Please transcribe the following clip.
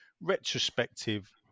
retrospective